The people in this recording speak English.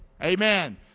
Amen